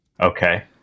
Okay